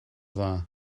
dda